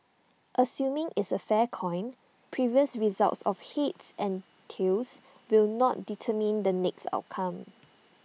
assuming it's A fair coin previous results of heads and tails will not determine the next outcome